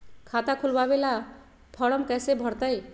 खाता खोलबाबे ला फरम कैसे भरतई?